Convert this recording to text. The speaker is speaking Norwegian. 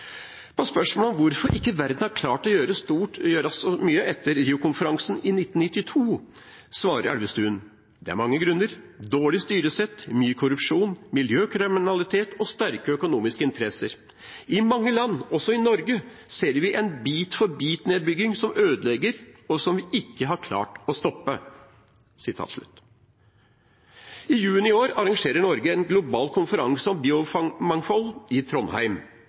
På spørsmål om hvorfor verden ikke har klart å gjøre så mye etter Rio-konferansen i 1992, svarer Elvestuen: «Det er mange grunner. Dårlig styresett, mye korrupsjon, miljøkriminalitet og sterke økonomiske interesser. I mange land, også i Norge, ser vi en bit-for-bit-nedbygging som ødelegger og som vi ikke har klart å stoppe.» I juni neste år arrangerer Norge en global konferanse om biomangfold i Trondheim.